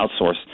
outsource